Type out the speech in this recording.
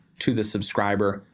to the subscriber,